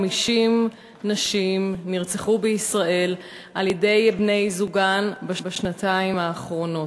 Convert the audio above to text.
50 נשים נרצחו בישראל על-ידי בני-זוגן בשנתיים האחרונות.